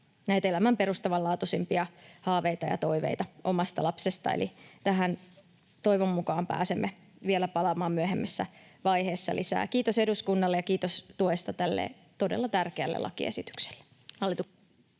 ihmisten elämän perustavanlaatuisimpia haaveita ja toiveita omasta lapsesta. Eli tähän toivon mukaan pääsemme vielä palaamaan myöhemmässä vaiheessa lisää. Kiitos eduskunnalle ja kiitos tuesta tälle todella tärkeälle hallituksen